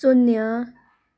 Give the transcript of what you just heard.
शून्य